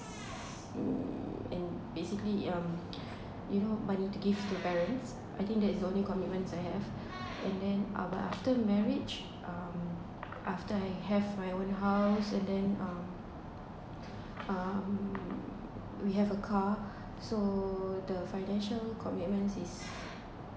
mm and basically um you know but you need to give to parents I think that is only commitment I have and then uh but after marriage um after I have my own house and then um we have a car so the financial commitment is